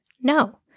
No